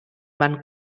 van